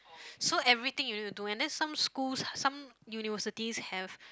so everything you need to do and then some schools some universities have